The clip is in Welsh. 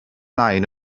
nain